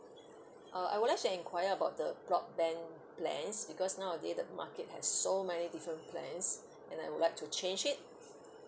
uh I would like to enquire about the broadband plans because nowadays the market has so many different plans and I would like to change it